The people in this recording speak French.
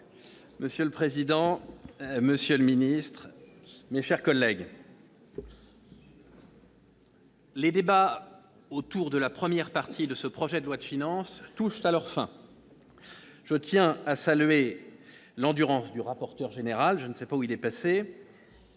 Monsieur le président, monsieur le secrétaire d'État, mes chers collègues, les débats autour de la première partie du projet de loi de finances touchent à leur fin. Je tiens à saluer l'endurance du rapporteur général et du président de